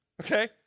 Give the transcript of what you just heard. okay